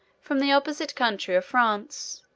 from the opposite country of france,